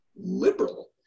liberal